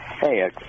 Hey